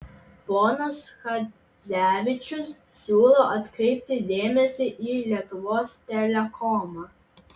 ponas chadzevičius siūlo atkreipti dėmesį į lietuvos telekomą